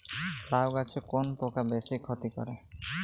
লাউ গাছে কোন পোকা বেশি ক্ষতি করে?